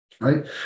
right